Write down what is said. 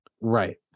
Right